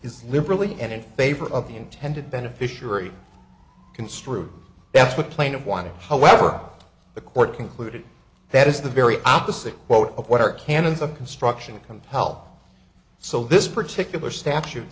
is liberally and in favor of the intended beneficiary construed that's what plaintiff wanted however the court concluded that is the very opposite quote of what our canons of construction compel so this particular statute